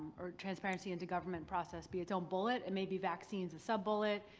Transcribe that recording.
or transparency into government process be its own bullet and maybe vaccines a sub-bullet,